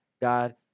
God